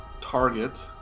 target